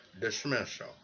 dismissal